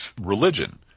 religion